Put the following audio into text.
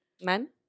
Men